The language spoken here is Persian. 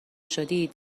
شدی